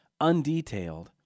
undetailed